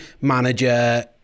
manager